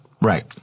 Right